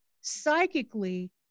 psychically